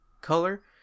color